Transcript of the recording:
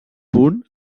punt